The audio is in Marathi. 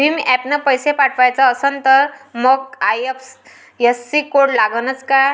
भीम ॲपनं पैसे पाठवायचा असन तर मंग आय.एफ.एस.सी कोड लागनच काय?